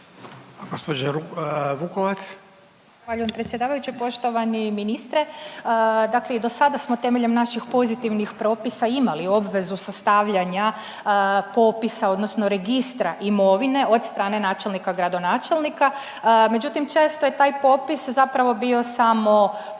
Zahvaljujem predsjedavajući. Poštovani ministre, dakle i do sada smo temeljem naših pozitivnih propisa imali obvezu sastavljanja popisa odnosno registra imovine od strane načelnika, gradonačelnika, međutim često je taj popis zapravo bio samo